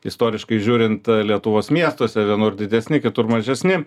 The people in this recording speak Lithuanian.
istoriškai žiūrint lietuvos miestuose vienur didesni kitur mažesni